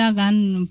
ah than